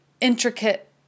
intricate